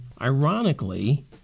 Ironically